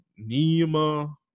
Nima